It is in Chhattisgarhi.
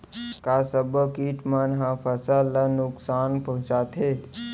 का सब्बो किट मन ह फसल ला नुकसान पहुंचाथे?